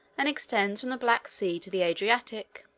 and extends from the black sea to the adriatic.